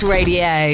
Radio